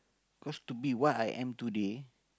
cause to be what I am today